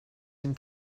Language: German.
den